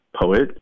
poet